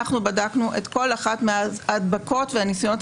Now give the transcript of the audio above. בדקנו את כל אחת מההדבקות וניסיונות